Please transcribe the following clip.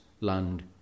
land